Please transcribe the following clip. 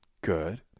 Good